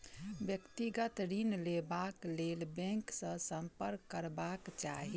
व्यक्तिगत ऋण लेबाक लेल बैंक सॅ सम्पर्क करबाक चाही